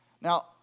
Now